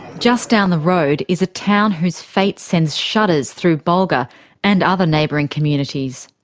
just down the road is a town whose fate sends shudders through bulga and other neighbouring communities.